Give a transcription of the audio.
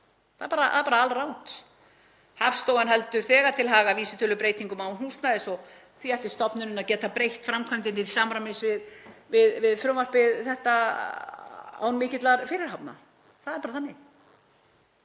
Það er bara alrangt. Hagstofan heldur þegar til haga vísitölubreytingum án húsnæðis og því ætti stofnunin að geta breytt framkvæmdinni til samræmis við þetta frumvarp án mikillar fyrirhafnar. Það er bara þannig.